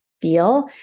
feel